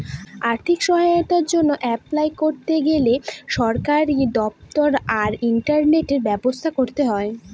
আর্থিক সহায়তার জন্য অ্যাপলাই করতে গেলে সরকারি দপ্তর আর ইন্টারনেটের ব্যবস্থা করতে হয়